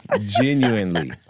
Genuinely